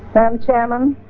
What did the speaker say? um chairman,